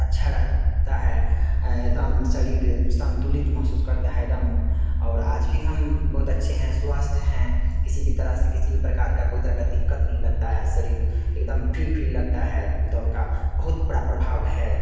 अच्छा रहता है तो हम शरीर संतुलित महसूस करता है तो हम और आज भी हम बहुत अच्छे हैं स्वस्थ हैं किसी भी तरह से किसी भी प्रकार को कोई तरह की दिक्कत नहीं लगती है शरीर एक दम फ्री फ्री लगता है दौड़ कर बहुत बड़ा प्रभाव है